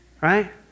right